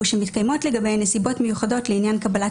ושמתקיימות לגביהן נסיבות מיוחדות לעניין קבלת